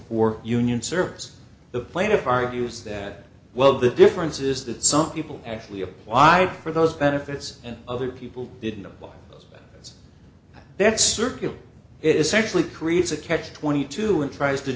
or union serves the plaintiff argues that well the difference is that some people actually apply for those benefits and other people didn't apply that circular it's actually creates a catch twenty two and tries to